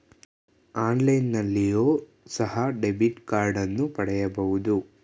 ಆನ್ಲೈನ್ನಲ್ಲಿಯೋ ಸಹ ಡೆಬಿಟ್ ಕಾರ್ಡನ್ನು ಪಡೆಯಬಹುದು